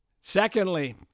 secondly